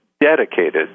dedicated